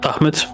Ahmed